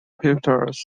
pictures